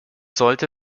sollte